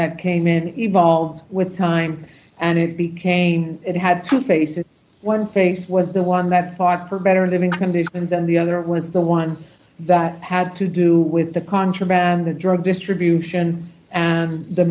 that came in evolved with time and it became it had to face it one face was the one that fought for better living conditions and the other was the one that had to do with the contraband the drug distribution